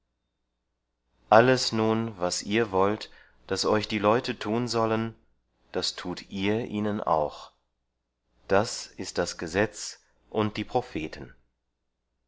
alles nun was ihr wollt daß euch die leute tun sollen das tut ihr ihnen auch das ist das gesetz und die propheten